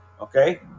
Okay